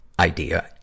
idea